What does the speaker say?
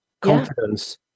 confidence